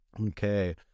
Okay